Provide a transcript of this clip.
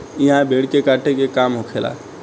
इहा भेड़ के काटे के काम होखेला